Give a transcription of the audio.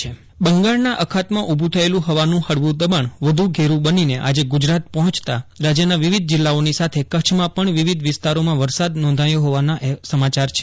અશરફ નથવાણી વરસાદ બંગાળના અખાતમાં ઊભું થયેલું હવાનું હળવું દબાણ વધુ ઘેરું બનીને આજે ગુજરાત પહોંચતાં રાજ્યના વિવિધ જિલ્લાઓની સાથે કચ્છમાં પણ વિવિધ વિસ્તારોમાં વરસાદ નોંધાયો હોવાના સમાચાર છે